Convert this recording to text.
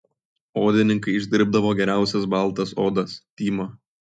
odininkai išdirbdavo geriausias baltas odas tymą